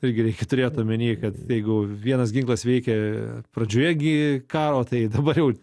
irgi reikia turėt omeny kad jeigu vienas ginklas veikia pradžioje gi karo tai dabar jau